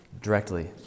directly